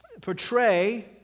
portray